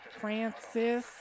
francis